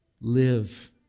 Live